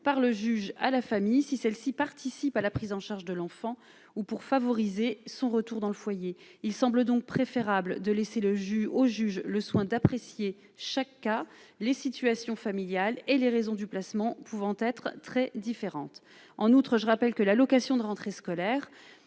par le juge à la famille si celle-ci participent à la prise en charge de l'enfant ou pour favoriser son retour dans le foyer, il semble donc préférable de laisser le jus au juge le soin d'apprécier chaque cas les situations familiales et les raisons du placement pouvant être très différentes, en outre, je rappelle que l'allocation de rentrée scolaire